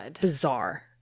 bizarre